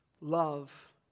love